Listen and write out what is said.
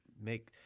make